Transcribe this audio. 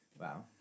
Wow